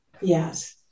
Yes